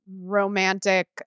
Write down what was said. romantic